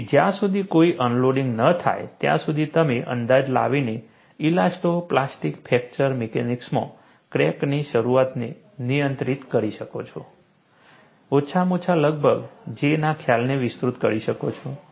તેથી જ્યાં સુધી કોઈ અનલોડિંગ ન થાય ત્યાં સુધી તમે અંદાજ લાવીને ઇલાસ્ટો પ્લાસ્ટિક ફ્રેક્ચર મિકેનિક્સમાં ક્રેકની શરૂઆતને નિયંત્રિત કરવા માટે ઓછામાં ઓછા લગભગ લગભગ J ના ખ્યાલોને વિસ્તૃત કરી શકો છો